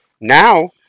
Now